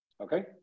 Okay